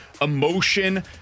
emotion